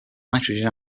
nitrogen